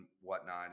whatnot